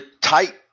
tight